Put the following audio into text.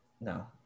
No